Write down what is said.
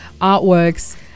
artworks